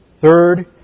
Third